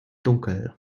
dunkel